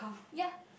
ya